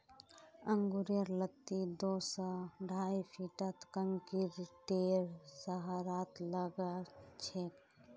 अंगूरेर लत्ती दो स ढाई फीटत कंक्रीटेर सहारात लगाछेक